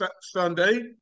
Sunday